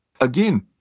Again